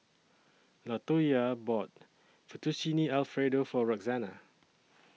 Latoyia bought Fettuccine Alfredo For Roxana